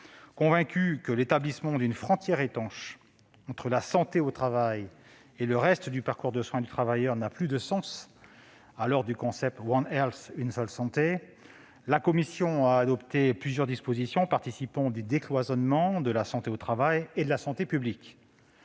Convaincue que l'établissement d'une frontière étanche entre la santé au travail et le reste du parcours de soins du travailleur n'a plus de sens à l'heure du concept ou « une seule santé », la commission a adopté plusieurs dispositions participant du décloisonnement de la santé au travail et de la santé publique.